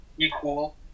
equal